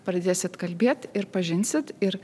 pradėsit kalbėt ir pažinsit ir